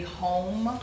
home